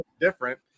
different